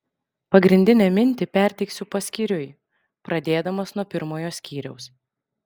pagrindinę mintį perteiksiu paskyriui pradėdamas nuo pirmojo skyriaus